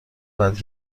بعدی